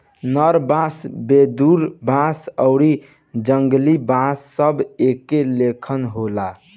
नर बांस, वेदुर बांस आउरी जंगली बांस सब एके लेखन होला